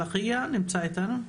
שלום לכולם,